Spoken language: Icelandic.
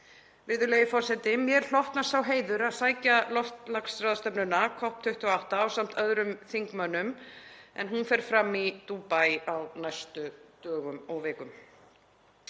Virðulegi forseti. Mér hlotnast sá heiður að sækja loftslagsráðstefnuna, COP28, ásamt öðrum þingmönnum en hún fer fram í Dúbaí á næstu dögum og vikum.